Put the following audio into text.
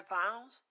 pounds